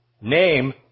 name